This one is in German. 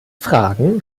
fragen